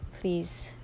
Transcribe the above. please